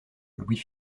louis